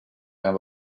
gaan